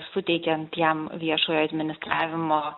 suteikiant jam viešojo administravimo